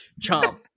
chomp